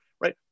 right